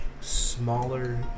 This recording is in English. smaller